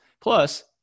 plus